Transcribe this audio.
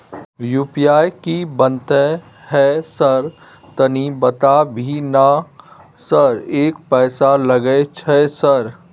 UPI की बनते है सर तनी बता भी ना सर एक पैसा लागे छै सर?